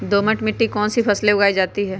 दोमट मिट्टी कौन कौन सी फसलें उगाई जाती है?